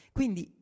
Quindi